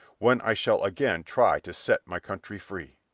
when i shall again try to set my country free.